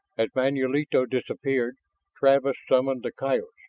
as manulito disappeared travis summoned the coyotes,